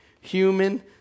human